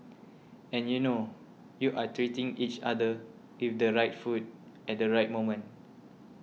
and you know you are treating each other with the right food at the right moment